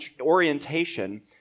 orientation